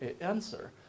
answer